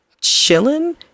Chilling